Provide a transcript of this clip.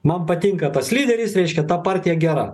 man patinka tas lyderis reiškia ta partija gera